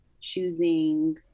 choosing